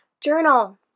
journal